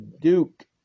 Duke